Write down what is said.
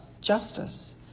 justice